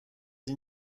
این